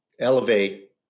elevate